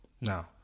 Now